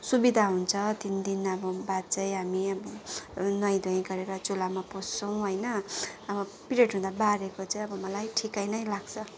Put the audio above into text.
सुविधा हुन्छ तिन दिन अब बाद चाहिँ हामी अब न नुहाई धुवाई गरेर चुल्हामा पस्छौँ होइन अब पिरियड हुँदा बारेको चाहिँ अब मलाई ठिकै नै लाग्छ